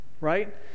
Right